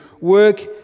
work